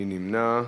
מי נמנע?